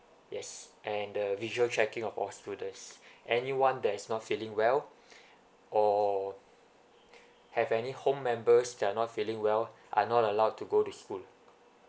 yes and the visual checking of all students anyone that is not feeling well or have any home members that are not feeling well are not allowed to go to school